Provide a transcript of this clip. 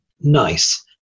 NICE